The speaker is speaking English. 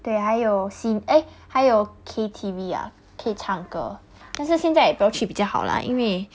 对还有 cin~ eh 还有 K_T_V ah 可以唱歌但是现在不要去比较好啦因为